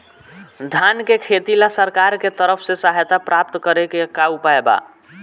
धान के खेती ला सरकार के तरफ से सहायता प्राप्त करें के का उपाय बा?